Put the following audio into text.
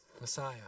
Messiah